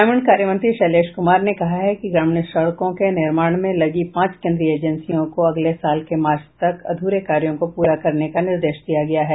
ग्रामीण कार्य मंत्री शैलेश कुमार ने कहा है कि ग्रामीण सड़कों के निर्माण में लगी पांच केन्द्रीय एजेंसियों को अगले साल के मार्च तक अध्रे कार्यों को पूरा करने का निर्देश दिया गया है